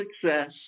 success